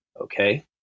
okay